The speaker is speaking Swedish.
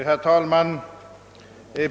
Herr talman!